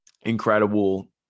incredible